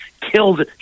killed